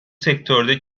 sektörde